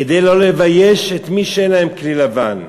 כדי לא לבייש את מי שאין להם כלי לבן,